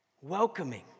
welcoming